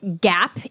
gap